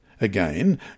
Again